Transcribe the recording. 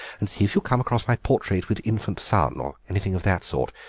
and see if you come across my portrait with infant son or anything of that sort.